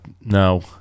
No